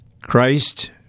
Christ